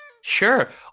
Sure